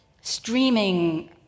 streaming